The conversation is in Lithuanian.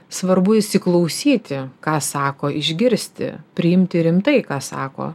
svarbu įsiklausyti ką sako išgirsti priimti rimtai ką sako